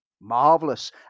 marvelous